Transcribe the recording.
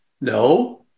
No